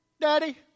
Daddy